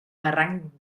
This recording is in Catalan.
barranc